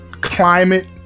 climate